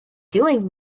doing